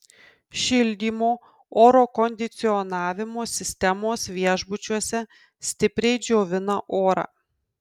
šildymo oro kondicionavimo sistemos viešbučiuose stipriai džiovina orą